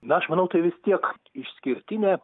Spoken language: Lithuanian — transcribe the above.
na aš manau tai vis tiek išskirtinė